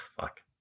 Fuck